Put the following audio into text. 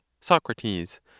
Socrates